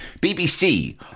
BBC